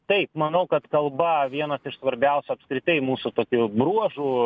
taip manau kad kalba vienas iš svarbiausių apskritai mūsų tokių bruožų